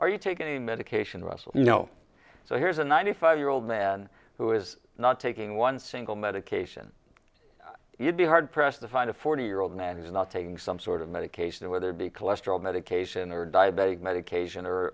are you taking a medication russell you know so here's a ninety five year old man who is not taking one single medication you'd be hard pressed to find a forty year old man who's not taking some sort of medication whether be cholesterol medication or diabetic medication or